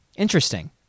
Interesting